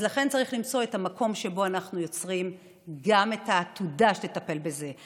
אז לכן צריך למצוא את המקום שבו אנחנו יוצרים גם את העתודה שתטפל בזה.